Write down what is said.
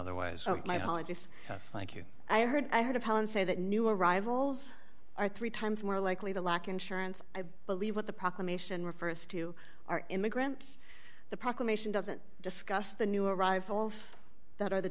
otherwise my apologies that's like you i heard i heard upon say that new arrivals are three times more likely to lack insurance i believe what the proclamation refers to are immigrants the proclamation doesn't discuss the new arrivals that are the